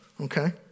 okay